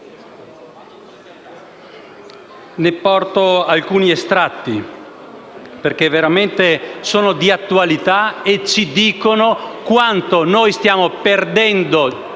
Ne riporto alcuni estratti perché veramente sono di attualità e ci dicono quanto noi stiamo perdendo, giorno